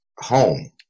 home